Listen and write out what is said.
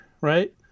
right